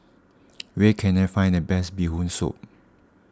where can I find the best Bee Hoon Soup